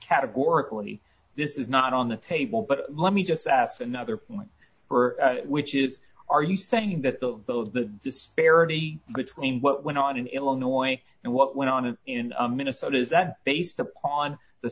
categorically this is not on the table but let me just ask another point for which is are you saying that the so the disparity between what went on in illinois and what went on in minnesota is that based upon the